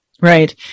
Right